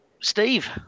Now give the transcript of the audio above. Steve